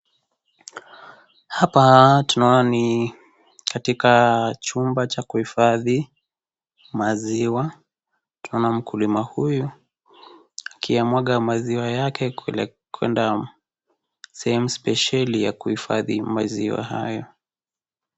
Hapa tunaona ni katika chumba cha kuhifadhi maziwa. Tunaona mkulima huyu akiyamwaga maziwa yake kuenda sehemu spesheli ya kuhifadhi maziwa haya.